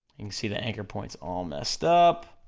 you can see the anchor point's all messed up,